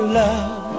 love